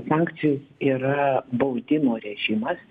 sankcijos yra baudimo režimas